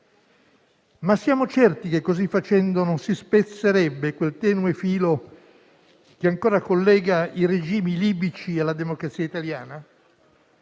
Ma siamo certi che così facendo non si spezzerebbe quel tenue filo che ancora collega i regimi libici e la democrazia italiana?